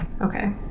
Okay